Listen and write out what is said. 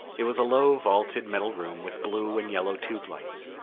it was a low vaulted metal room with blue and yellow tube lights.